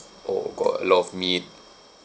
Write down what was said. oh got a lot of meat